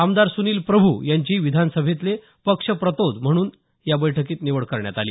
आमदार सुनील प्रभू यांची विधानसभेतले पक्षप्रतोद म्हणून या बैठकीत निवड करण्यात आली